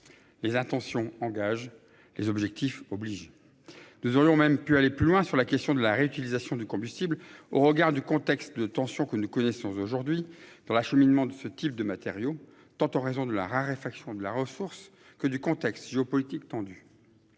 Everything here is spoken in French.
Les intentions engage les objectifs oblige. Nous aurions même pu aller plus loin sur la question de la réutilisation du combustible au regard du contexte de tension que nous connaissons aujourd'hui dans l'acheminement de ce type de matériaux, tant en raison de la raréfaction de la ressource que du contexte géopolitique tendu.